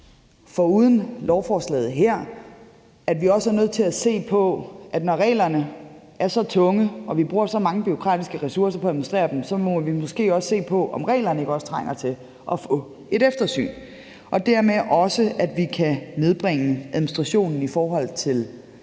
ved siden af lovforslaget er vi også nødt til, når reglerne er så tunge og vi bruger så mange bureaukratiske ressourcer på at administrere dem, at se på, om reglerne ikke også trænger til at få et eftersyn og dermed også, om vi kan nedbringe administrationen i forhold til